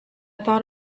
thought